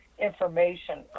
information